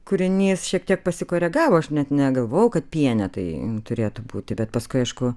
kūrinys šiek tiek pasikoregavo aš net negalvojau kad piene tai turėtų būti bet paskui aišku